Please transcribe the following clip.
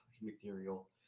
material